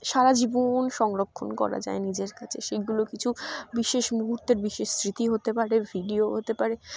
সারা জীবন সংরক্ষণ করা যায় নিজের কাছে সেইগুলো কিছু বিশেষ মুহূর্তের বিশেষ স্মৃতি হতে পারে ভিডিও হতে পারে